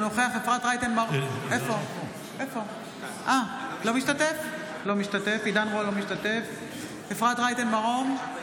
לא משתתף אפרת רייטן מרום,